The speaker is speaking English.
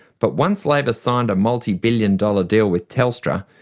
but once labor signed a multi-billion dollar deal with telstra,